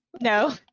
No